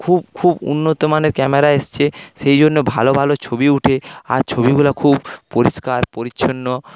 খুব খুব উন্নত মানের ক্যামেরা এসছে সেইজন্য ভালো ভালো ছবি উঠে আর ছবিগুলা খুব পরিষ্কার পরিচ্ছন্ন